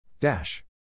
Dash